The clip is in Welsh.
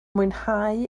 mwynhau